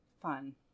Fun